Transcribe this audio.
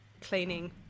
cleaning